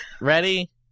Ready